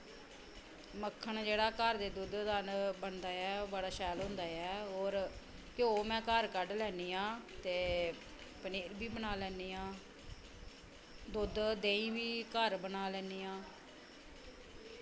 मक्खन जेह्ड़ा घर दे दुद्ध दा बनदा ऐ ओह् बड़ा शैल होंदा ऐ होर घ्योऽ में घर कड्ढ लैनी आं ते पनीर बी बना लैन्नी आं दुद्ध देहीं बी घर बना लैन्नी आं